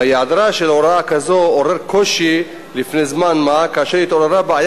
היעדרה של הוראה כזאת עורר קושי לפני זמן מה כאשר התעוררה בעיה